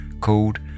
called